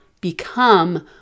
become